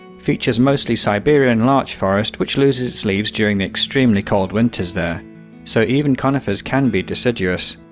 features mostly siberian larch forest which loses its leaves during the extremely cold winters there so even conifers can be deciduous.